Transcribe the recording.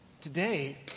today